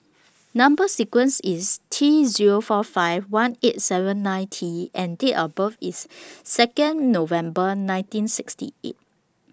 Number sequence IS T Zero four five one eight seven nine T and Date of birth IS Second November nineteen sixty eight